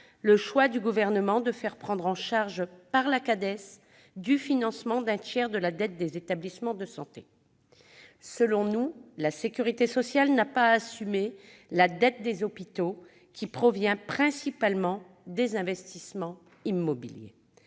le choix du Gouvernement de faire prendre en charge par cette caisse le financement d'un tiers de la dette des établissements de santé. Selon nous, la sécurité sociale n'a pas à assumer la dette des hôpitaux, qui provient principalement des investissements immobiliers.